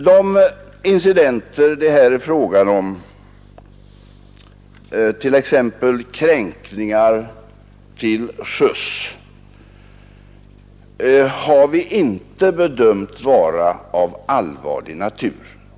De incidenter som det här är fråga om, t.ex. kränkningar till sjöss, har vi inte bedömt vara av allvarlig natur.